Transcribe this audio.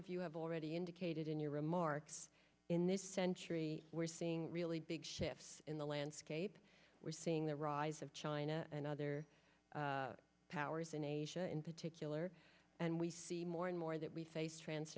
of you have already indicated in your remarks in this century we're seeing really big shifts in the landscape we're seeing the rise of china and other powers in asia in particular and we see more and more that we face trans